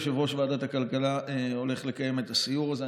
יושב-ראש ועדת הכלכלה הולך לקיים את הסיור הזה.